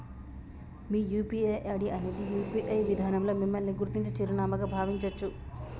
మీ UPI ID అనేది UPI విధానంలో మిమ్మల్ని గుర్తించే చిరునామాగా భావించొచ్చు